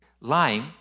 Lying